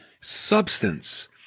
substance